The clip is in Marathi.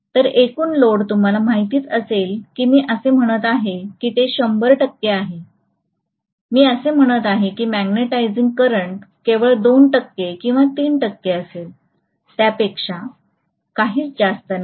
तर एकूण लोड तुम्हाला माहित असेल की मी असे म्हणत आहे की ते 100 टक्के आहे मी असे म्हणत आहे की मॅग्नेटिझिंग करंट केवळ 2 टक्के किंवा 3 टक्के असेल त्यापेक्षा काहीच जास्त नाही